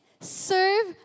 serve